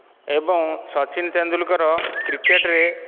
ଏବଂ ସଚିନ ତେନ୍ଦୁଲକର କ୍ରିକେଟ୍ରେ